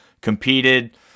competed